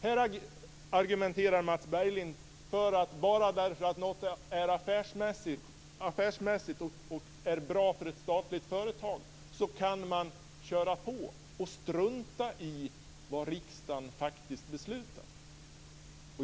Här argumenterar Mats Berglind på det sättet att bara därför att något är affärsmässigt och bra för ett statligt företag kan man köra på och strunta i vad riksdagen faktiskt beslutat.